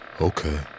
Okay